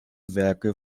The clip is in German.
werke